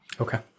Okay